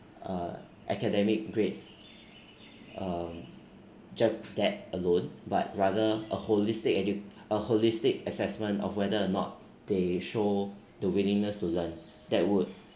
uh academic grades um just that alone but rather a holistic edu~ a holistic assessment of whether or not they show the willingness to learn that would